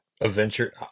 adventure